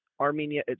Armenia